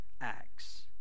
acts